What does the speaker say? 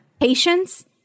Patience